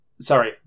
Sorry